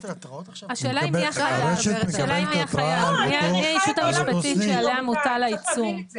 השאלה היא מי הישות המשפטית שעליה מוטל העיצום.